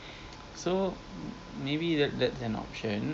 cheat day yes betul tu cheat day